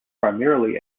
primarily